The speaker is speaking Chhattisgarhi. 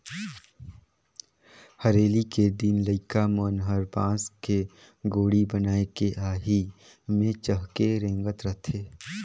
हरेली के दिन लइका मन हर बांस के गेड़ी बनायके आही मे चहके रेंगत रथे